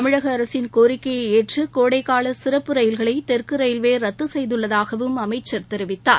தமிழக அரசின் கோரிக்கையை ஏற்று கோடைக்கால சிறப்பு ரயில்களை தெற்கு ரயில்வே ரத்து செய்துள்ளதாகவும் அமைச்சர் தெரிவித்தார்